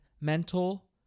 mental